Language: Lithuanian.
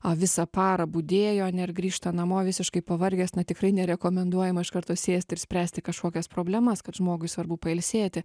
a visą parą budėjo ane ir grįžta namo visiškai pavargęs na tikrai nerekomenduojama iš karto sėst ir spręsti kažkokias problemas kad žmogui svarbu pailsėti